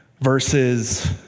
verses